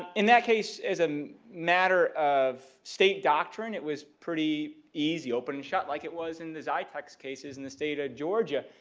in that case as a matter of state doctrine it was pretty easy opening shot like it was in those xytex cases in the state of georgia.